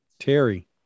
Terry